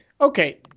Okay